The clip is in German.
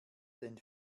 denn